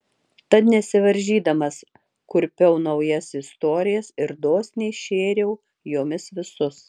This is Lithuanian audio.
tad nesivaržydamas kurpiau naujas istorijas ir dosniai šėriau jomis visus